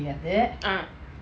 ah